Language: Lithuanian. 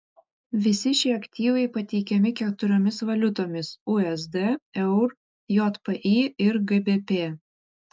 visi šie aktyvai pateikiami keturiomis valiutomis usd eur jpy ir gbp